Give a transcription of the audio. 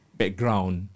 background